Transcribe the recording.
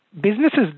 businesses